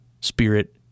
spirit